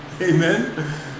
amen